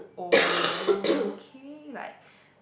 okay like